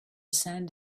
sand